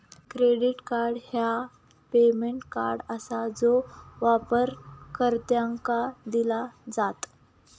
credit card ह्या payment card आसा जा वापरकर्त्यांका दिला जात